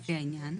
לפי העניין,